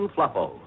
Fluffo